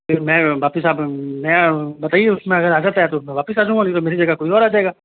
फिर मैं वापिस आप मैं बताईए उसमें अगर आ जाता है तो मैं वापिस आ जाऊँगा नहीं तो मेरी जगह कोई और आ जाएगा